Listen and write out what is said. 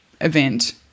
event